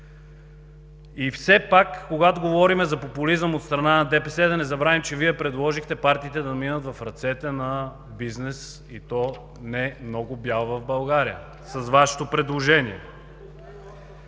И все пак, когато говорим за популизъм от страна на ДПС, да не забравим, че Вие предложихте партиите да минат в ръцете на бизнес, и то немного бял, в България (реплики от ДПС) – с Вашето предложение.